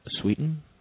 Sweeten